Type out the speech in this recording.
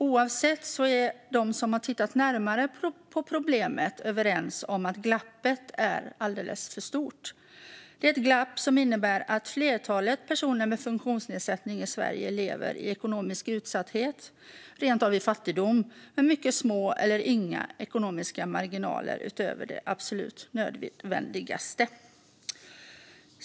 Oavsett vilket är de som har tittat närmare på problemet överens om att glappet är alldeles för stort. Det är ett glapp som innebär att flertalet personer med funktionsnedsättning i Sverige lever i ekonomisk utsatthet, rent av i fattigdom, med mycket små eller inga ekonomiska marginaler utöver det absolut nödvändigaste.